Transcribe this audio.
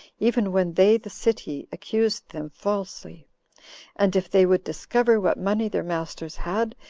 even when they the city, accused them falsely and if they would discover what money their masters had,